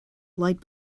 light